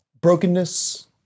Brokenness